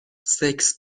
سکس